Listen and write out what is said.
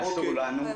אסור לנו,